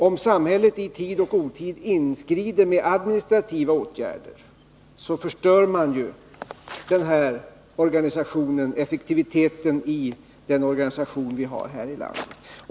Om samhället i tid och otid inskrider med administrativa åtgärder, förstör man ju effektiviteten i den organisation vi har i vårt land.